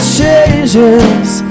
changes